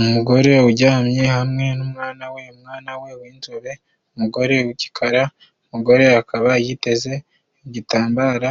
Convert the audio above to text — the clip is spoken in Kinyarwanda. Umugore ujyamye hamwe n'umwana we umwana we w'inzobe umugore w'igikara umugore akaba yiteze igitambaro